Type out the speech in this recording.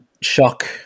shock